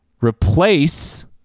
replace